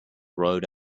rode